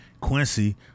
Quincy